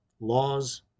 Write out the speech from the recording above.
laws